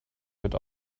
wird